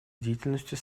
деятельностью